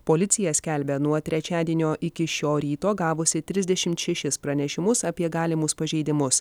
policija skelbia nuo trečiadienio iki šio ryto gavusi trisdešimt šešis pranešimus apie galimus pažeidimus